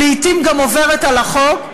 לעתים גם עוברת על החוק.